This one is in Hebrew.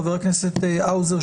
חבר הכנסת האוזר,